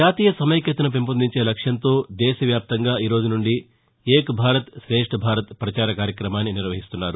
జాతీయ సమైక్యతను పెంపొందించే లక్ష్యంతో దేశ వ్యాప్తంగా ఈరోజు నుండి ఏక్ భారత్ తేష్ భారత్ ప్రచార కార్యక్రమాన్ని నిర్వహిస్తున్నారు